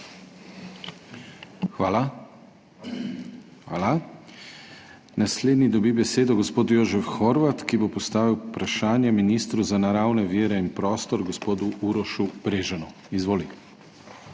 KRIVEC: Hvala. Naslednji dobi besedo gospod Jožef Horvat, ki bo postavil vprašanje ministru za naravne vire in prostor gospodu Urošu Brežanu. Izvoli.